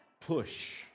push